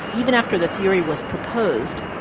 even after the theory was proposed,